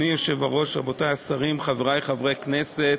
אדוני היושב-ראש, רבותי השרים, חברי חברי הכנסת,